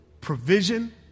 Provision